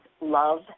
love